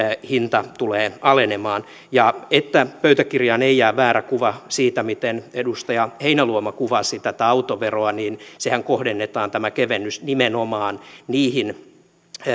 hinta tulee alenemaan ja että pöytäkirjaan ei jää väärä kuva siitä miten edustaja heinäluoma kuvasi tätä autoveroa niin tämä kevennyshän kohdennetaan nimenomaan niihin